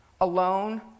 alone